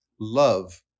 love